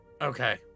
Okay